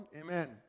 Amen